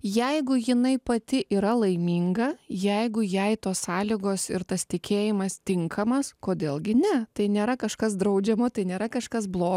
jeigu jinai pati yra laiminga jeigu jai tos sąlygos ir tas tikėjimas tinkamas kodėl gi ne tai nėra kažkas draudžiamo tai nėra kažkas blo